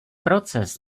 proces